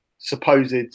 Supposed